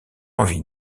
envie